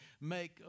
make